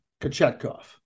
Kachetkov